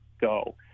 go